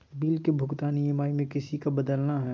Bill के भुगतान EMI में किसी बदलना है?